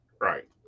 Right